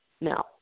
No